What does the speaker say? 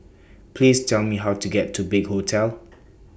Please Tell Me How to get to Big Hotel